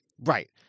right